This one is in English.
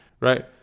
right